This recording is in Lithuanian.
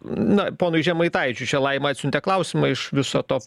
na ponui žemaitaičiui čia laima atsiuntė klausimą iš viso to